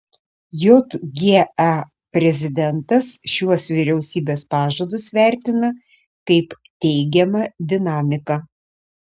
jga prezidentas šiuos vyriausybės pažadus vertina kaip teigiamą dinamiką